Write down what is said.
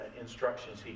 instructions